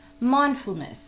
mindfulness